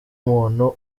muntu